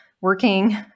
working